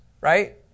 right